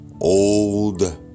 old